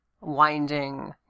winding